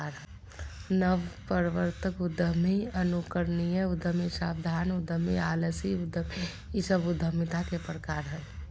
नवप्रवर्तक उद्यमी, अनुकरणीय उद्यमी, सावधान उद्यमी, आलसी उद्यमी इ सब उद्यमिता के प्रकार हइ